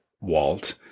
Walt